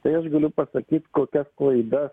tai aš galiu pasakyt kokias klaidas